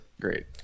Great